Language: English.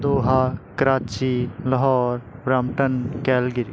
Doha Karachi Lahore Brampton Calgary